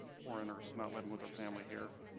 foreigners not living with their family here.